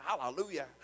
hallelujah